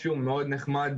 משהו מאוד נחמד.